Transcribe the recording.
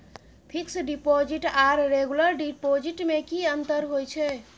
Fix deposit आर regular deposit में की अंतर होय छै?